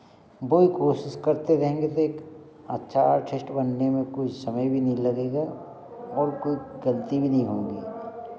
बहुत कोशिश करते रहेंगे तो एक अच्छा आर्टिस्ट बनने में कोई समय भी नहीं लगेगा और कोई गलती भी नहीं होगी